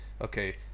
okay